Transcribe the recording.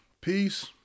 peace